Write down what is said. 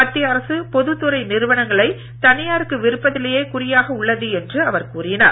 மத்திய அரசு பொதுத்துறை நிறுவனங்களை தனியாருக்க விற்பதிலேயே குறியாக உள்ளது என்று அவர் கூறினார்